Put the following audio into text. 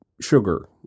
sugar